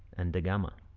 and da gama.